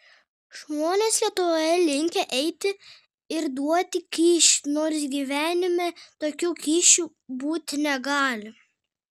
žmonės lietuvoje linkę eiti ir duoti kyšį nors gyvenime tokių kyšių būti negali